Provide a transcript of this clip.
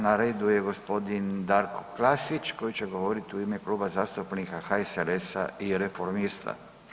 Na redu je g. Darko Klasić koji će govoriti u ime Kluba zastupnika HSLS-a i Reformista.